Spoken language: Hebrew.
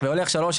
והולך שלוש,